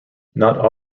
not